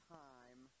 time